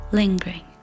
lingering